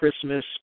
Christmas